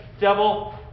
devil